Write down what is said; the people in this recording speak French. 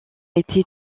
été